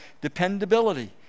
Dependability